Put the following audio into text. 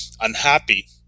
unhappy